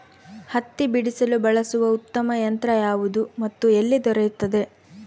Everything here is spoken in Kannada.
ಹತ್ತಿ ಬಿಡಿಸಲು ಬಳಸುವ ಉತ್ತಮ ಯಂತ್ರ ಯಾವುದು ಮತ್ತು ಎಲ್ಲಿ ದೊರೆಯುತ್ತದೆ?